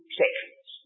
sections